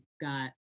got